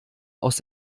aus